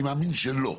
אני מאמין שלא,